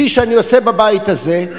כפי שאני עושה בבית הזה,